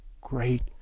great